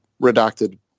redacted